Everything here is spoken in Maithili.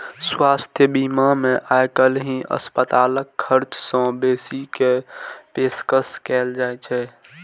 स्वास्थ्य बीमा मे आइकाल्हि अस्पतालक खर्च सं बेसी के पेशकश कैल जाइ छै